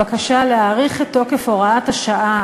הבקשה להאריך את תוקף הוראת השעה,